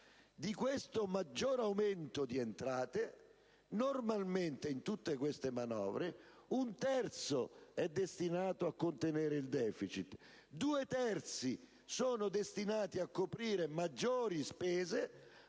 Di tale maggiore aumento di entrate, normalmente, in tutte queste manovre, un terzo è destinato a contenere il deficit, due terzi sono destinati a coprire maggiori spese,